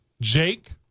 Jake